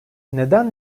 neden